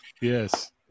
yes